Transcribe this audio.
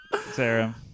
Sarah